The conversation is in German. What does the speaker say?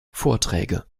vorträge